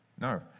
No